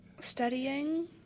studying